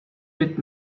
with